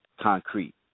concrete